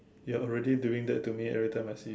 you're already doing that to me every time I see you